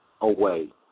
away